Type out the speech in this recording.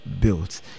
built